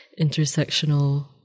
intersectional